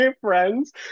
friends